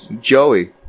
Joey